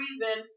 reason